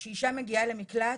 כשאשה מגיעה למקלט,